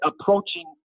approaching